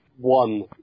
one